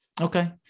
Okay